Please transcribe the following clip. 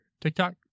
TikTok